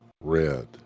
red